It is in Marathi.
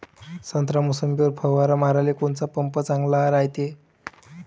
संत्रा, मोसंबीवर फवारा माराले कोनचा पंप चांगला रायते?